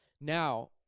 now